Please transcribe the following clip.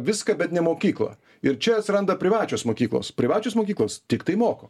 viską bet ne mokyklą ir čia atsiranda privačios mokyklos privačios mokyklos tiktai moko